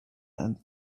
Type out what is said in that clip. and